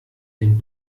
den